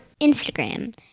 Instagram